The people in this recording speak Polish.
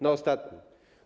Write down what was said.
Na ostatnim.